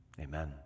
amen